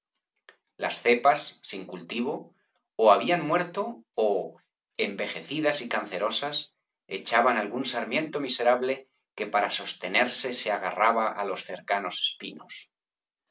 las cepas sin cultivo ó habían muerto ó envejecidas y cancerosas echaban algún sarmiento miserable que para sostenerse se agarraba á los cercanos espinos